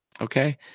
Okay